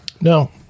no